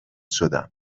شدم